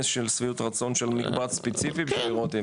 של שביעות רצון של מקבץ ספציפי בשביל לראות.